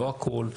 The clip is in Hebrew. לא הכול,